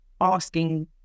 asking